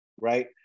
right